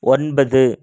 ஒன்பது